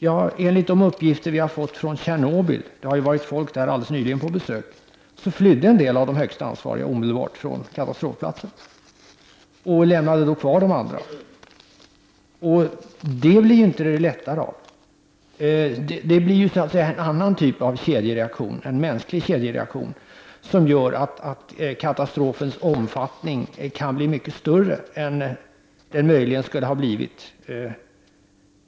Enligt uppgifter från Tjernobyl, där det alldeles nyligen har varit folk på besök, flydde en del av de högst ansvariga omedelbart från katastrofplatsen och lämnade kvar de andra. Det gör ju inte saken lättare. Då uppstår en annan typ av kedjereaktion — en mänsklig sådan, som gör att katastrofens omfattning kan bli mycket större än den möjligen skulle ha blivit annars.